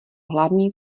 hlavní